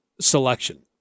selection